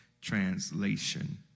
translation